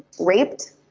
raped,